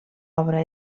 obra